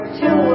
two